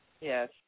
Yes